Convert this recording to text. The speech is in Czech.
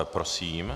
Prosím.